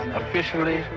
officially